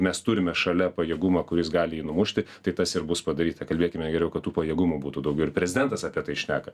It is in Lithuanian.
mes turime šalia pajėgumą kuris gali jį numušti tai tas ir bus padaryta kalbėkime geriau kad tų pajėgumų būtų daug ir prezidentas apie tai šneka